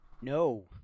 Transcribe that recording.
No